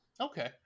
Okay